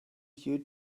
due